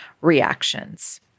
reactions